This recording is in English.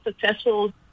successful